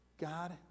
God